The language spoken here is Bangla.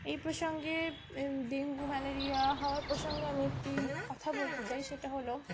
এই প্রসঙ্গে ডেঙ্গু ম্যালেরিয়া হওয়ার প্রসঙ্গে আমি একটি কথা বলতে চাই সেটা হলো